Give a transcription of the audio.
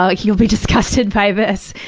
ah you'll be disgusted by this.